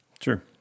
Sure